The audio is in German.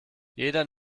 jeder